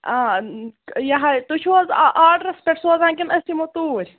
یہِ حظ تُہۍ چھُو حظ آرڑس پٮ۪ٹھ سوزان کِنہٕ أسۍ یِمو توٗرۍ